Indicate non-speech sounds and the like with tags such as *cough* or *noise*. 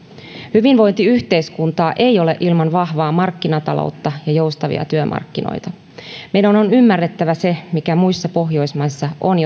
hyvinvointiyhteiskuntaa ei ole ilman vahvaa markkinataloutta ja joustavia työmarkkinoita meidän on ymmärrettävä se mikä muissa pohjoismaissa on *unintelligible*